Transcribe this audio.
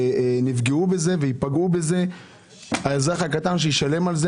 נפגעו בזה וייפגעו בזה האזרח הקטן שישלם על זה.